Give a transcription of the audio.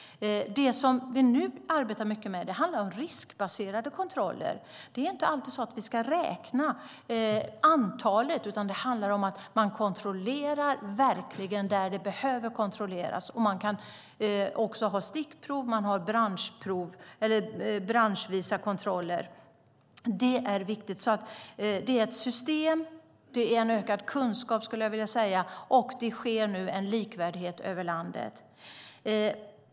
Det som vi nu arbetar mycket med handlar om riskbaserade kontroller. Det är inte alltid så att vi ska räkna antalet, utan det handlar om att kontrollera där det verkligen behöver kontrolleras. Man kan också göra stickprov och branschvisa kontroller. Det är viktigt. Det är ett system, det är en ökad kunskap och det är nu en likvärdighet över landet.